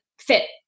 fit